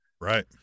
right